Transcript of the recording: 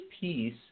piece